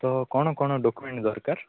ତ କ'ଣ କଣ ଡକୁମେଣ୍ଟ ଦରକାର